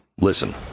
Listen